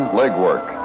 legwork